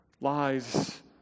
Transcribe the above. lies